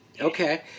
Okay